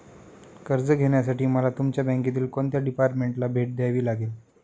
कर्ज घेण्यासाठी मला तुमच्या बँकेतील कोणत्या डिपार्टमेंटला भेट द्यावी लागेल?